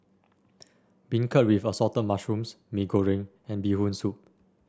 beancurd with Assorted Mushrooms Mee Goreng and Bee Hoon Soup